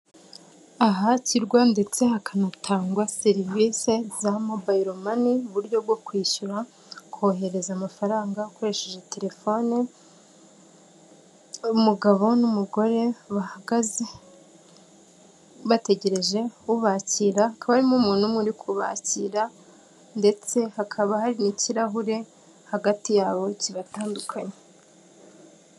Ahakirwa ndetse hakanatangwa serivisi za mobile money; uburyo bwo kwishyura kohereza amafaranga ukoresheje telefone, umugabo n'umugore bahagaze bategereje ubakira hakaba n'umuntu uri kubakira ndetse hakaba hari n'ikirahure hagati yabo kibatandukanya.